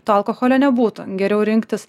to alkoholio nebūtų geriau rinktis